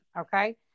okay